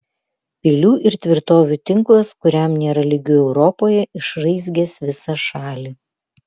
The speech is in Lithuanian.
pilių ir tvirtovių tinklas kuriam nėra lygių europoje išraizgęs visą šalį